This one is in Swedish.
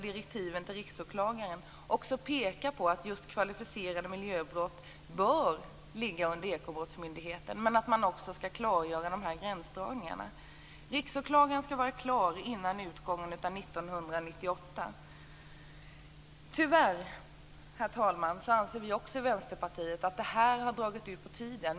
Direktiven till Riksåklagaren pekar på att de kvalificerade miljöbrotten bör ligga under Ekobrottsmyndigheten. Man skall också klargöra gränsdragningarna. Riksåklagaren skall vara klar före utgången av 1998. Herr talman! Vi i Vänsterpartiet anser att arbetet har dragit ut på tiden.